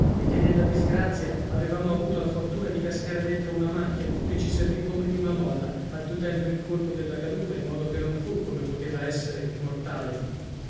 e che nella disgrazia avevamo avuto la fortuna di cascare dentro una macchia che ci servì come di una molla attutendo il colpo della caduta in modo che non fu come poteva essere mortale